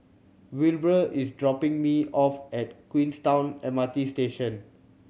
Wilbur is dropping me off at Queenstown M R T Station